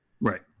Right